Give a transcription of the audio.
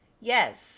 yes